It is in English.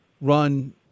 run